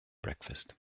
breakfast